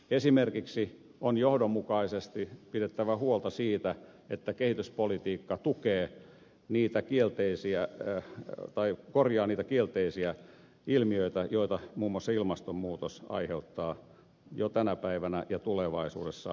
esimerkiksi on johdonmukaisesti pidettävä huolta siitä että kehityspolitiikka tukee niitä kielteisiä ja tai korjaa niitä kielteisiä ilmiöitä joita muun muassa ilmastonmuutos aiheuttaa jo tänä päivänä ja tulevaisuudessa maailmassa